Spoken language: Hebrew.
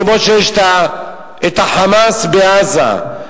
כמו שיש ה"חמאס" בעזה.